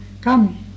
come